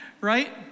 right